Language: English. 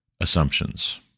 assumptions